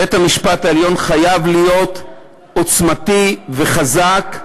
בית-המשפט העליון חייב להיות עוצמתי וחזק,